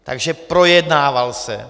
Takže projednával se.